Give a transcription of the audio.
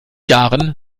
jahren